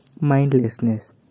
mindlessness